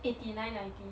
eighty nine ninety